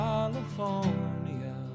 California